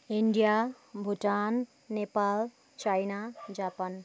India Bhutan Nepal China Japan